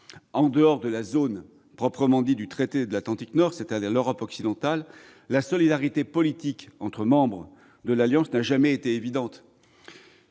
en dehors de la zone proprement dite du traité de l'Atlantique Nord, c'est-à-dire l'Europe occidentale, la solidarité politique entre membres de l'Alliance n'a jamais été évidente.